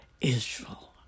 Israel